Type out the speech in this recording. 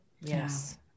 yes